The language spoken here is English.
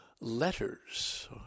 Letters